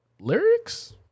Lyrics